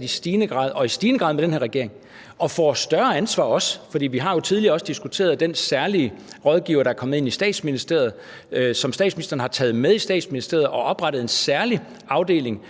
i stigende grad bliver ansat – og i stigende grad med den her regering – og også får større ansvar, for vi har jo også tidligere diskuteret den særlige rådgiver, der er kommet ind i Statsministeriet, og som statsministeren har taget med i Statsministeriet. Hun har oprettet en særlig afdeling,